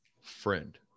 friend